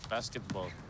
Basketball